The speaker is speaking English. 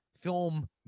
film